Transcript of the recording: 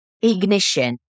ignition